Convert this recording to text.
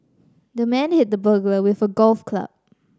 the man hit the burglar with a golf club